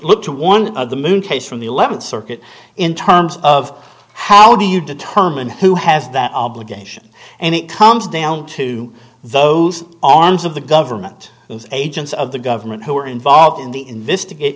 look to one of the moon case from the eleventh circuit in terms of how do you determine who has that obligation and it comes down to those arms of the government agents of the government who are involved in the investigate